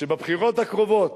שבבחירות הקרובות,